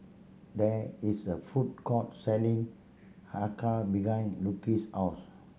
there is a food court selling acar behind Lucio's house